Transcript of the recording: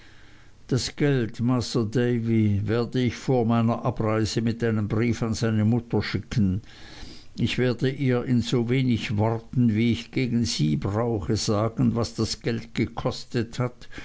das geld masr davy werde ich vor meiner abreise mit einem brief an seine mutter schicken ich werde ihr in so wenig worten wie ich gegen sie brauche sagen was das geld gekostet hat